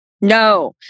No